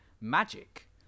magic